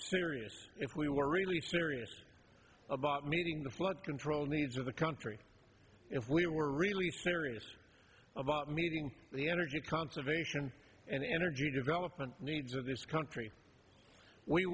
serious if we were really serious about meeting the flood control needs of the country if we were really serious about meeting the energy conservation and energy development needs of this country we